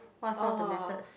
what sound the matters